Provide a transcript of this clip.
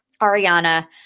Ariana